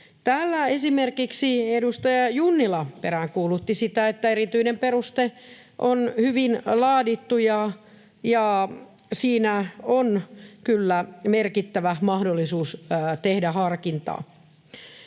esimerkiksi edustaja Junnila peräänkuulutti sitä, että erityinen peruste on hyvin laadittu ja siinä on kyllä merkittävä mahdollisuus tehdä harkintaa.